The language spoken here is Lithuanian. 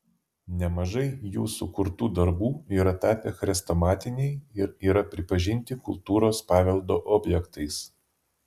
nemažai jų sukurtų darbų yra tapę chrestomatiniai ir yra pripažinti kultūros paveldo objektais